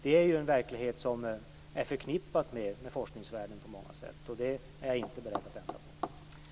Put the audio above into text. Det är en verklighet som är förknippad med forskningsvärlden på många sätt. Det är jag inte beredd att ändra på.